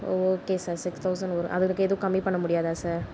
ஓ okay sir six thousand வரும் அதில் எதுவும் கம்மி பண்ண முடியாதா சார்